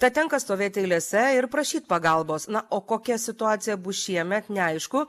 tad tenka stovėti eilėse ir prašyt pagalbos na o kokia situacija bus šiemet neaišku